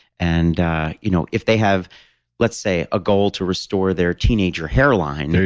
and you know if they have let's say a goal to restore their teenager hairline. there